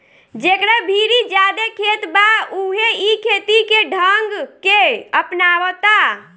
जेकरा भीरी ज्यादे खेत बा उहे इ खेती के ढंग के अपनावता